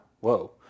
Whoa